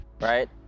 right